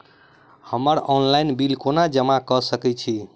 हम्मर online bill कोना जमा कऽ सकय छी?